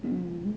hmm